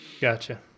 Gotcha